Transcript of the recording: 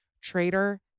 Traitor